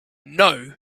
know